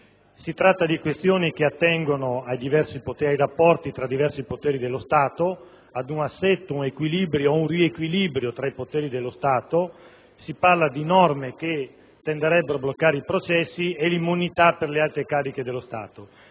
Si tratta di questioni che attengono ai rapporti tra i diversi poteri dello Stato, ad un assetto, ad un equilibrio o ad un riequilibrio tra i poteri dello Stato. Si parla di norme che tenderebbero a bloccare i processi e a garantire l'immunità per le alte cariche dello Stato.